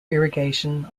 irrigation